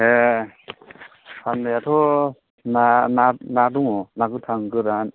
ए फाननायाथ' ना दं ना गोथां गोरान